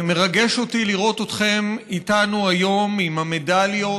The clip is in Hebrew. מרגש אותי לראות אתכם איתנו היום עם המדליות,